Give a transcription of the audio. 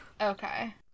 Okay